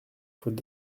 faute